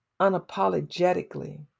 unapologetically